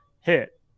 hit